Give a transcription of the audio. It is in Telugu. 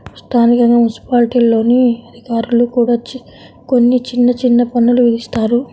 స్థానికంగా మున్సిపాలిటీల్లోని అధికారులు కూడా కొన్ని చిన్న చిన్న పన్నులు విధిస్తారు